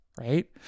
right